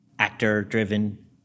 actor-driven